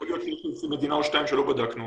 יכול להיות שיש מדינה או שתיים שלא בדקנו,